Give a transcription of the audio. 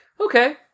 okay